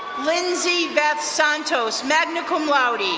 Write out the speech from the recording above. lindsay beth santos, magna cum laude,